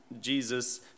Jesus